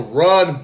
run